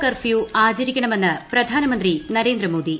curfew ആചരിക്കണമെന്ന് പ്രധാനമന്ത്രി നരേന്ദ്രമോദി